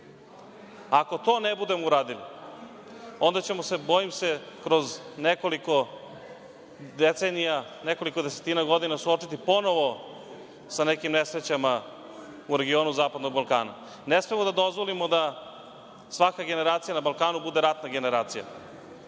to ne budemo uradili, onda ćemo se kroz nekoliko decenija suočiti ponovo sa nekim nesrećama u regionu zapadnog Balkana. Ne smemo da dozvolimo da svaka generacija na Balkanu bude ratna generacija,